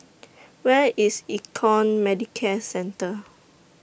Where IS Econ Medicare Centre